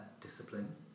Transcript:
discipline